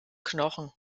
knochen